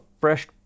fresh